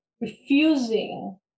refusing